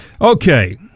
okay